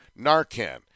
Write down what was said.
Narcan